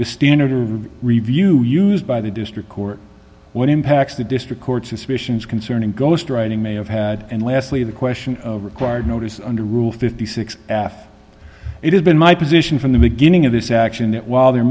the standard or review used by the district court what impacts the district court suspicions concerning ghostwriting may have had and lastly the question required notice under rule fifty six af it has been my position from the beginning of this action that while the